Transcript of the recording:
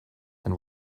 and